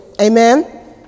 Amen